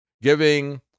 giving